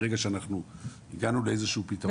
ברגע שאנחנו הגענו לאיזשהו פתרון,